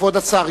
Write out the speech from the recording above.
כבוד השר,